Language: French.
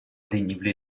dénivelé